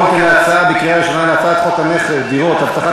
נעבור אם כן להצבעה בקריאה ראשונה על הצעת חוק המכר (דירות) (הבטחת